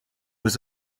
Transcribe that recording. was